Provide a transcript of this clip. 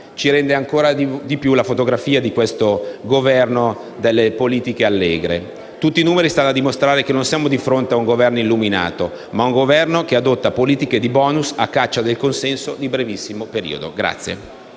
ci rende ancora di più la fotografia di questo Governo dalle politiche allegre. Tutti i numeri stanno a dimostrare che siamo di fronte non a un Governo illuminato, ma a un Esecutivo che adotta politiche di *bonus*, a caccia del consenso di brevissimo periodo.